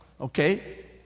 okay